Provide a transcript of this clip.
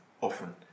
often